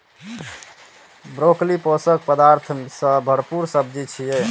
broccoli पोषक पदार्थ सं भरपूर सब्जी छियै